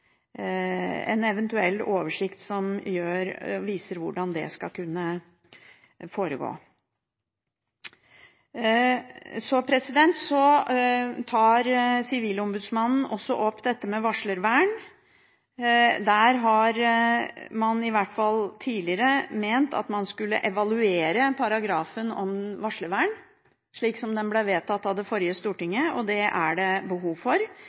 varslervern. Der har man i hvert fall tidligere ment at man skulle evaluere paragrafen om varslervern, slik som den ble vedtatt av det forrige stortinget. Det er det behov for.